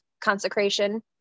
Consecration